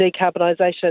decarbonisation